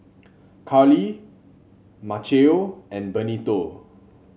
Karlie Maceo and Benito